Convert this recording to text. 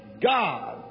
God